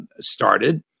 started